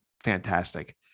fantastic